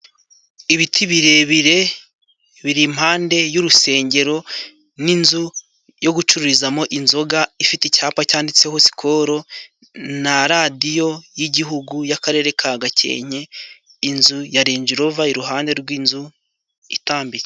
Ibiti birebire biri impande y'urusengero n'inzu yo gucururizamo inzoga ifite icyapa cyanditseho sikolo na radiyo y'igihugu y'Akarere ka Gakenke, inzu ya renji rova iruhande rw'inzu itambitse.